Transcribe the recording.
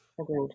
Agreed